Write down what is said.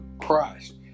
Christ